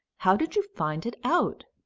how did you find it out?